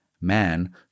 man